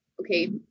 okay